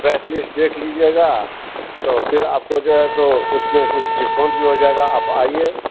list देख लीजियेगा फिर आपको जो है सो उसमे कुछ डिस्काउण्ट भी हो जायेगा आप आइए